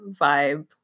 vibe